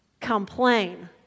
Complain